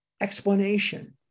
explanation